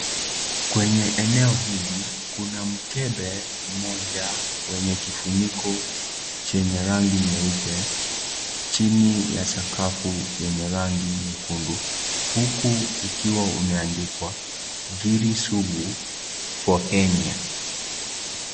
Kwenye eneo hili Kula mkebe moja wenye kifuniko chenye rangi nyeupe, chini ya sakafu yenye rangi nyekundu huku ukiwa umeandikwa giri sugu for hernia .